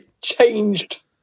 changed